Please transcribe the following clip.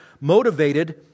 motivated